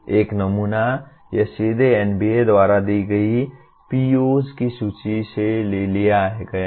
एक नमूना यह सीधे NBA द्वारा दी गई POs की सूची से लिया गया है